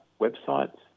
websites